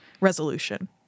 resolution